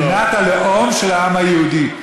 מדינת הלאום של העם היהודי.